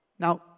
Now